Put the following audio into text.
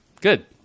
Good